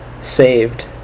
saved